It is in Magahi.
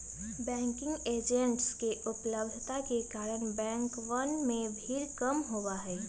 बैंकिंग एजेंट्स के उपलब्धता के कारण बैंकवन में भीड़ कम होबा हई